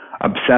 obsessed